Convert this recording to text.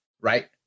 right